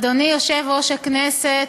אדוני יושב-ראש הכנסת,